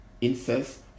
incest